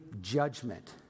judgment